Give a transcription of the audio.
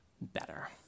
better